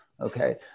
Okay